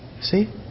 See